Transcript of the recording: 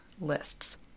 lists